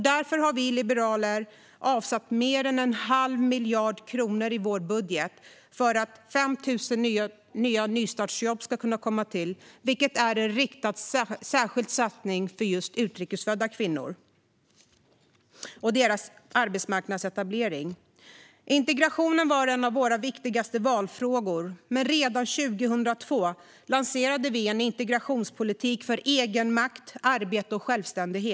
Därför har vi liberaler avsatt mer än en halv miljard i vår budget för att 5 000 nya nystartsjobb ska tillkomma, vilket är en riktad satsning på just utrikesfödda kvinnor och deras arbetsmarknadsetablering. Integrationen var en av våra viktigaste valfrågor, men redan 2002 lanserade vi en integrationspolitik för egenmakt, arbete och självständighet.